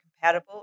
compatible